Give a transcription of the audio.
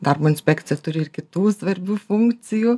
darbo inspekcija turi ir kitų svarbių funkcijų